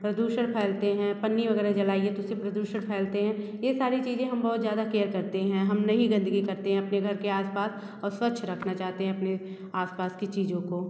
प्रदूषण फैलते हैं परनी वग़ैरह जलाइए तो उससे प्रदूषण फैलता है ये सारी चीज़े हम बहुत ज़्यादा केयर करते हैं हम नहीं गंदगी करते है अपने घर के आस पास और स्वच्छ रखना चाहते हैं अपने आस पास की चीज़ों को